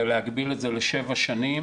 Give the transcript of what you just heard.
להגביל את זה לשבע שנים.